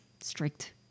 strict